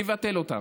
לבטל אותן.